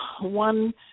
one